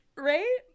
right